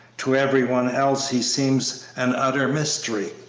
to every one else he seems an utter mystery.